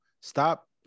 stop